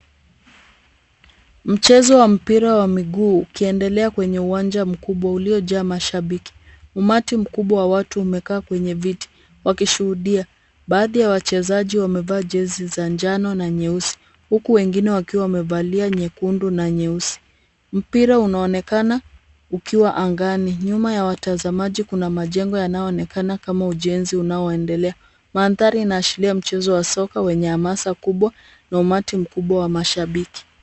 Mchezo wa mpira wa miguu ukiendelea kwenye uwanja mkubwa uliojaa mashabiki. Umati mkubwa wa watu umekaa kwenye viti wakushuhudia. Baadhi ya wachezaji wamevaa jezi za njano na nyeusi huku wengine wamevaa nyekundu na nyeusi. Mpira unaonekana ukiwa angani. Nyuma ya watazamaji kuna majengo yanayoonekana kama ujenzi unaoendelea. Mandhari yanaashiria mchezo wa soka wenye hamasa kubwa, na umati mkubwa wa mashabiki.